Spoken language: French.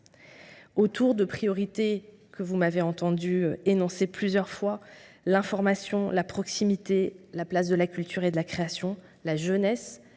autour de priorités que vous m’avez entendu énoncer à plusieurs reprises : l’information, la proximité, la place de la culture et de la création, la jeunesse,